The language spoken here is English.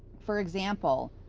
for example,